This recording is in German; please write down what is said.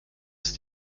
ist